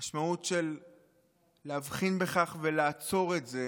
המשמעות של להבחין בכך ולעצור את זה